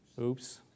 Oops